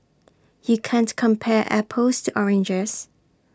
you can't compare apples to oranges